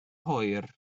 hwyr